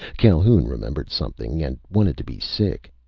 calhoun remembered something, and wanted to be sick.